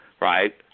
right